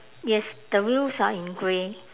yes the wheels are in grey